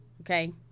Okay